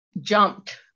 jumped